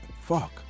Fuck